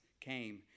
came